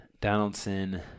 Donaldson